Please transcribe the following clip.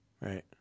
right